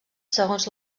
segons